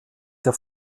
der